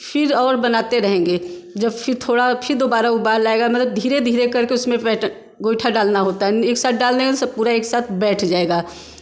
फिर और बनाते रहेंगे जब फिर थोड़ा फिर दोबारा उबाल आएगा मतलब धीरे धीरे करके उसमें पैट गोइठा डालना होता है एक साथ डाल देंगे सब पूरा एक साथ बैठ जाएगा